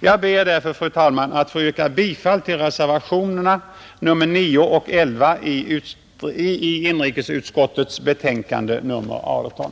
Jag ber därför, fru talman, att få yrka bifall till reservationerna 9 och 11 i inrikesutskottets betänkande nr 18.